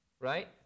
right